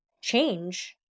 change